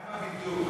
מה עם הבידוק?